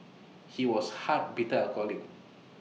he was hard bitter alcoholic